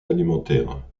alimentaires